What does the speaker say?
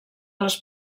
les